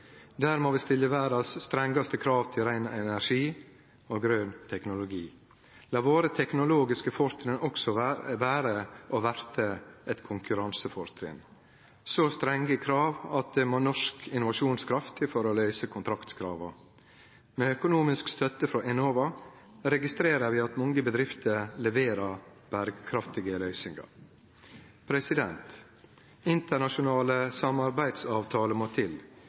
Der må vi stille dei strengaste krava i verda til rein energi og grøn teknologi. Dei teknologiske fortrinna våre vil også verte eit konkurransefortrinn – det må vera så strenge krav at det må norsk innovasjonskraft til for å løyse kontraktskrava. Med økonomisk støtte frå Enova registrerer vi at mange bedrifter leverer berekraftige løysingar. Internasjonale samarbeidsavtalar må til.